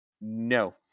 No